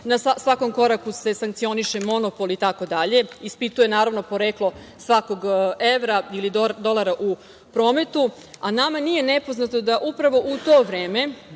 na svakom koraku se sankcioniše monopol itd. ispituje, naravno, poreklo svakog evra ili dolara u prometu, a nama nije nepoznato da upravo u to vreme